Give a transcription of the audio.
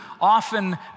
often